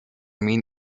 main